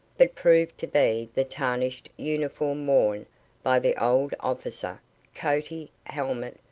but proved to be the tarnished uniform worn by the old officer coatee, helmet,